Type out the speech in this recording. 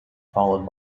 followed